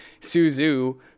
Suzu